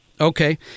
Okay